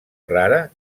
rara